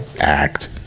act